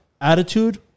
attitude